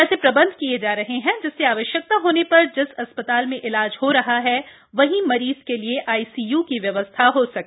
ऐसे प्रबंध किए जा रहे हैं जिससे आवश्यकता होने पर जिस अस्पताल में इलाज हो रहा हो वहीं मरीज के लिए आईसीय की व्यवस्था हो सके